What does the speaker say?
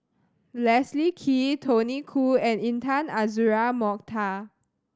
Leslie Kee Tony Khoo and Intan Azura Mokhtar